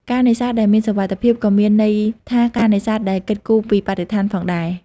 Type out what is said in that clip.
ការនេសាទដែលមានសុវត្ថិភាពក៏មានន័យថាការនេសាទដែល គិតគូរពីបរិស្ថាន ផងដែរ។